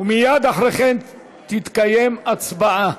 מייד אחרי כן תתקיים הצבעה.